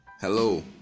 Hello